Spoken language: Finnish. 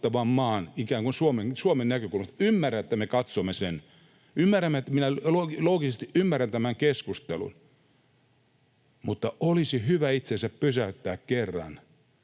vastaanottavan maan, Suomen näkökulmasta. Ymmärrän, että me katsomme sen, minä loogisesti ymmärrän tämän keskustelun, mutta olisi hyvä itsensä pysäyttää kerran